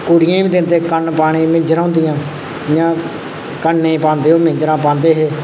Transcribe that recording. कुड़ियें गी बी दिंदे कन्न पाने ई मिंजरां होंदियां जि'यां कन्ने ई पांदे ओह् मिजंरां पांदे हे